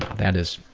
that is,